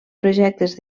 projectes